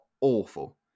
awful